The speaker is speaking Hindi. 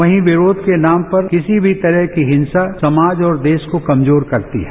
वहीं विरोध के नाम पर किसी भी तरह की हिंसा समाज और देश को कमजोर करती है